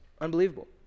unbelievable